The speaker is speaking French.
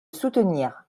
soutenir